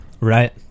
Right